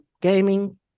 gaming